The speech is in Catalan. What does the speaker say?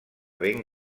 ben